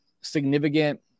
significant